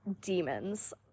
demons